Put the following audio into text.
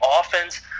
offense